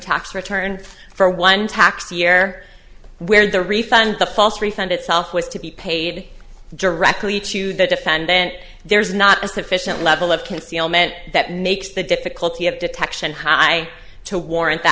tax return for one tax year where the refund the false refund itself was to be paid directly to the defend then there's not a sufficient level of concealment that makes the difficulty of detection high to warrant th